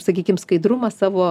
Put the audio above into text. sakykim skaidrumą savo